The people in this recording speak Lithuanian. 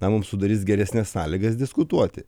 na mums sudarys geresnes sąlygas diskutuoti